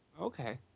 Okay